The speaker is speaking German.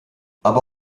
aber